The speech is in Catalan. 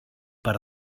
per